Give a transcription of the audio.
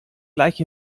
gleich